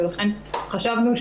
ולכן חשבנו,